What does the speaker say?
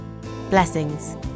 Blessings